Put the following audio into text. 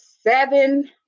seven